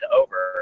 over